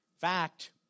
Fact